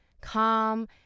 calm